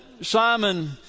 Simon